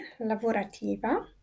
lavorativa